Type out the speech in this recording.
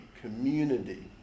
community